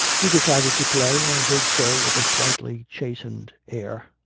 we decided to play, and did so with a slightly chastened air.